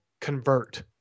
convert